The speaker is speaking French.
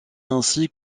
ainsi